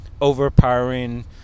overpowering